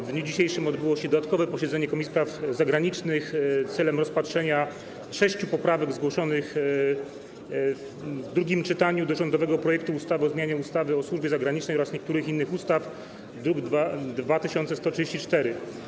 W dniu dzisiejszym odbyło się dodatkowe posiedzenie Komisji Spraw Zagranicznych w celu rozpatrzenia sześciu poprawek zgłoszonych w drugim czytaniu do rządowego projektu ustawy o zmianie ustawy o służbie zagranicznej oraz niektórych innych ustaw, druk nr 2134.